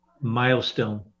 milestone